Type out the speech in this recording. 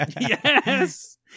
yes